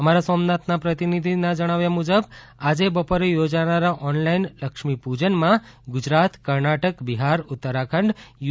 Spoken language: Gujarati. અમારા સોમનાથના પ્રતિનિધિના જણાવ્યા મુજબ આજે બપોરે યોજાનારા ઓનલાઇન લક્ષ્મીપૂજનમાં ગુજરાત કર્ણાટક બિહાર ઉત્તરાખંડ યુ